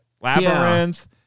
labyrinth